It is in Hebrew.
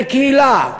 של קהילה,